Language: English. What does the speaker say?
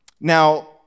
Now